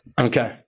Okay